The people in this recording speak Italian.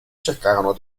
cercarono